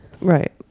Right